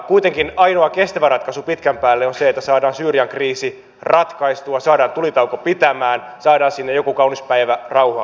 kuitenkin ainoa kestävä ratkaisu pitkän päälle on se että saadaan syyrian kriisi ratkaistua saadaan tulitauko pitämään saadaan sinne joku kaunis päivä rauha aikaiseksi